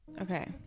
Okay